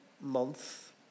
month